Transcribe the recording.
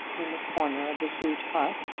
in the corner of the huge hearth,